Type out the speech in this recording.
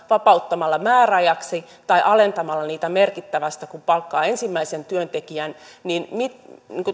vapauttamalla määräajaksi sote maksuista tai alentamalla niitä merkittävästi kun palkkaa ensimmäisen työntekijän jos se tehtäisiin